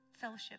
Fellowship